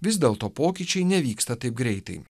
vis dėlto pokyčiai nevyksta taip greitai